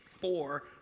four